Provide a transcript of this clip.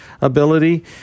ability